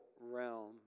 realm